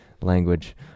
language